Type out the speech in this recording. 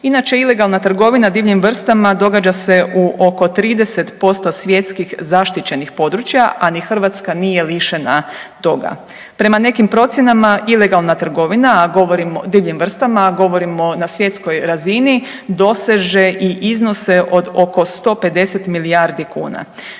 Inače ilegalna trgovina divljim vrstama događa se u oko 30% svjetskih zaštićenih područja, a ni Hrvatska nije lišena toga. Prema nekim procjenama ilegalna trgovina, a govorimo o divljim vrstama, a govorimo na svjetskoj razini, doseže i iznose od oko 150 milijardi kuna.